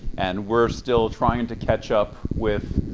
and we're still trying to catch up with